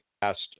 past